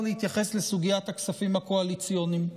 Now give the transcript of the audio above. להתייחס לסוגיית הכספים הקואליציוניים.